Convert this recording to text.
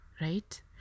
right